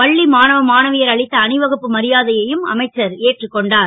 பள்ளி மாணவ மாணவியர் அளித்த அணிவகுப்பு மரியாதையையும் அமைச்சர் ஏற்றுக் கொண்டார்